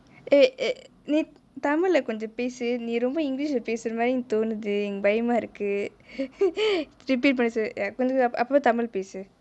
eh eh நீ:nee tamil லே கொஞ்சோ பேசு நீ ரொம்ப:lae konjo pesu nee romba english லே பேசுர மாதிரி எனக்கு தோணுத எனக்கு பயமா இருக்கு:lae pesura maathiri enaku tonuthu enaku bayamaa irukku repeat பண்ணி சொல்லு கொஞ்சோ அப்ரோமா:panni sollu konjo apromaa tamil பேசு:pesu